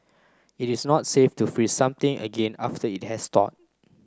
it is not safe to freeze something again after it has thawed